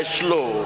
slow